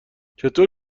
چطور